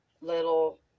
little